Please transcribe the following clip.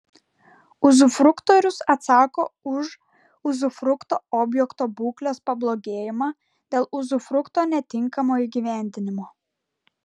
uzufruktorius atsako už uzufrukto objekto būklės pablogėjimą dėl uzufrukto netinkamo įgyvendinimo